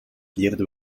leerden